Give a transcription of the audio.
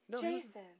Jason